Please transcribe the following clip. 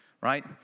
right